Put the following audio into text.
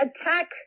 attack